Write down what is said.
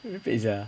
merepek sia